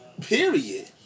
Period